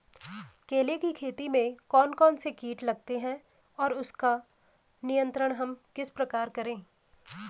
केले की खेती में कौन कौन से कीट लगते हैं और उसका नियंत्रण हम किस प्रकार करें?